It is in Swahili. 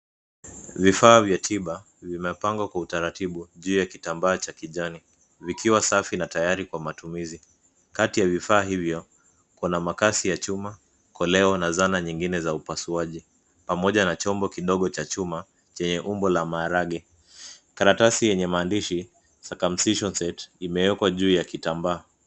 Vifaa vya tiba vimepangwa kwa utaratibu juu ya kitambaa cha kijani, vikiwa safi na tayari kwa matumizi. Kati ya vifaa hivyo, kuna makasi ya chuma, koleo na zana nyingine za upasuaji pamoja na chombo kidogo cha chuma chenye umbo la maraghwe. Karatasi yenye maandishi cs[circumcision set]cs imeekwa juu ya kitambaa.